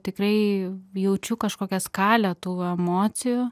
tikrai jaučiu kažkokią skalę tų emocijų